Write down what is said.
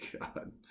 God